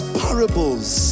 parables